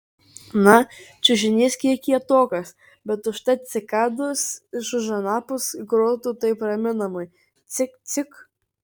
na čiužinys kiek kietokas bet užtat cikados iš už anapus grotų taip raminamai cik cik